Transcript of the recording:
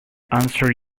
answer